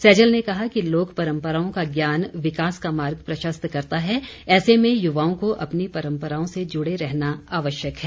सैजल ने कहा कि लोक परम्पराओं का ज्ञान विकास का मार्ग प्रशस्त करता है ऐसे में युवाओं को अपनी परम्पराओं से जुड़े रहना आवश्यक है